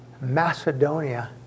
Macedonia